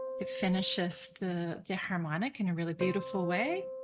it finishes the the harmonic in a really beautiful way.